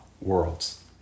worlds